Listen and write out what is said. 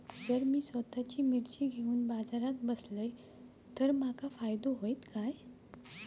जर मी स्वतः मिर्ची घेवून बाजारात बसलय तर माका फायदो होयत काय?